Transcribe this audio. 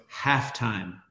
Halftime